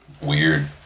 weird